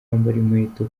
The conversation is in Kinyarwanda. inkweto